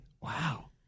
Wow